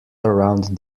around